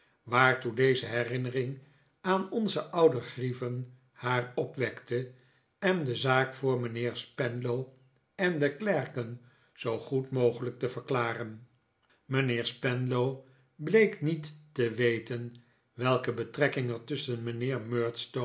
waartoe deze herinnering aan onze oude grieven haar opwekte en de zaak voor mijnheer spenlow en de klerken zoo goed mogelijk te verklaren mijnheer spenlow bleek niet te weten welke betrekking